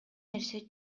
нерсе